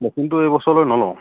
মেচিনটো এইবছৰলৈ নলওঁ